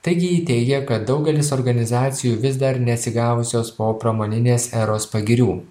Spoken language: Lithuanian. taigi ji teigė kad daugelis organizacijų vis dar neatsigavusios po pramoninės eros pagirių